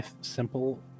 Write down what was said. simple